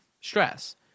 stress